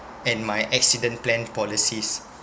and my accident plan policies